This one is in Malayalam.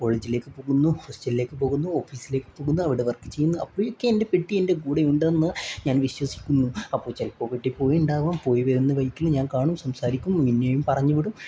കോളേജിലേക്ക് പോകുന്നു ഹോസ്റ്റലിലേക്ക് പോകുന്നു ഓഫീസിലേക്ക് പോകുന്നു അവിടെ വർക്ക് ചെയ്യുന്നു അപ്പോഴൊക്കെ എൻ്റെ പെട്ടി എൻ്റെ കൂടെ ഉണ്ടെന്ന് ഞാൻ വിശ്വസിക്കുന്നു അപ്പോൾ ചിലപ്പോൾ പെട്ടി പോയി ഉണ്ടാവാം പോയി വരുന്ന വൈക്കിൽ ഞാൻ കാണും സംസാരിക്കും പിന്നെയും പറഞ്ഞു വിടും